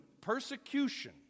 persecution